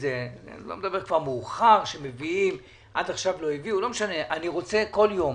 עד עכשיו לא הביאו, אבל לא משנה, אני רוצה כל יום